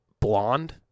blonde